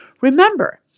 Remember